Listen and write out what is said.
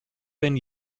been